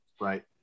Right